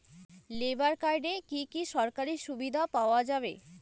Labour কার্ডে কি কি সরকারি সুবিধা পাওয়া যাবে?